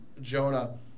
Jonah